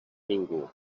ningú